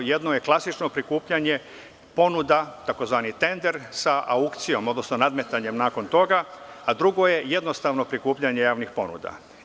Jedno je klasično prikupljanje ponuda, tzv. tender sa aukcijom, odnosno nadmetanjem nakon toga, a drugo je jednostavno prikupljanje ponuda.